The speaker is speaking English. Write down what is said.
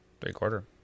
Three-quarter